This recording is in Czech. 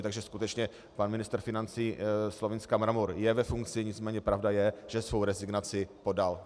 Takže skutečně pan ministr financí Slovinska Mramor je ve funkci, nicméně pravda je, že svou rezignaci podal.